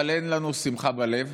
אבל אין לנו שמחה בלבד.